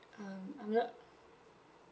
um I'm not